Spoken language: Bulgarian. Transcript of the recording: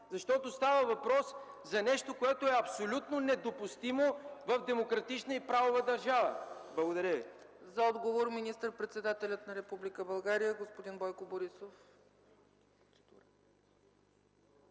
защото става въпрос за нещо, което е абсолютно недопустимо в демократична и правова държава? Благодаря Ви. ПРЕДСЕДАТЕЛ ЦЕЦКА ЦАЧЕВА: За отговор – министър-председателят на Република България господин Бойко Борисов.